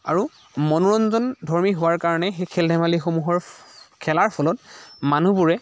আৰু মনোৰঞ্জনধৰ্মী হোৱাৰ কাৰণেই সেই খেল ধেমালিসমূহৰ খেলাৰ ফলত মানুহবোৰে